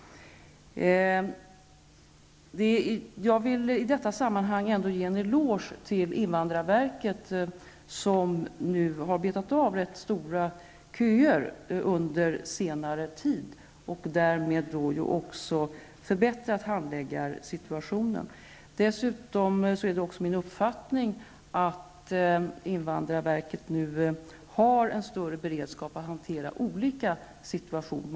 I detta sammanhang vill jag ändå ge invandrarverket en eloge som under senare tid har betat av rätt långa köer. Därmed har handläggarsituationen förbättrats. Det är också min uppfattning att invandrarverket nu har en större beredskap när det gäller att hantera olika situationer.